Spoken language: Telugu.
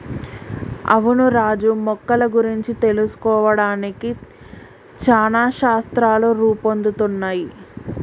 అవును రాజు మొక్కల గురించి తెలుసుకోవడానికి చానా శాస్త్రాలు రూపొందుతున్నయ్